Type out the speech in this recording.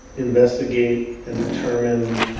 investigate and determine